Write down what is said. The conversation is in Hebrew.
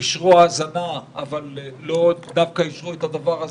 אישרו האזנה אבל לא אישרו את הדבר הזה,